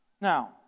Now